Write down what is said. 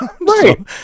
Right